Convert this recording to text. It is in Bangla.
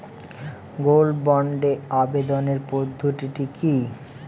গোল্ড বন্ডে আবেদনের পদ্ধতিটি কি?